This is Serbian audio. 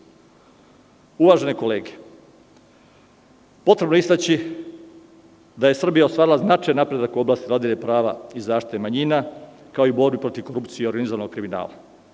Uvažene kolege, potrebno je istaći da je Srbija ostvarila značajan napredak u oblasti vladavine prava i zaštite manjina, kao i borbi protiv korupcije i organizovanog kriminala.